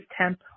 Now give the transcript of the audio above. temp